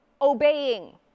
obeying